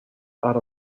out